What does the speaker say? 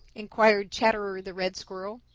inquired chatterer the red squirrel.